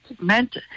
meant